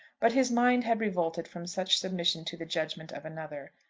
but his mind had revolted from such submission to the judgment of another.